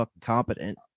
competent